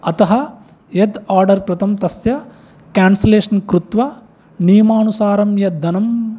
अतः यत् आर्डर् कृतं तस्य केंसलेशन् कृत्वा नियमानुसारं यद्धनम्